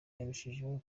yarushijeho